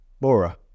Bora